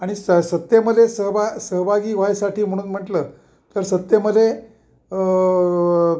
आणि स सत्यमध्ये सहभ सहभागी व्हायसाठी म्हणून म्हटलं तर सत्यमध्ये